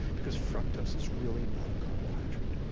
because fructose is really not a carbohydrate.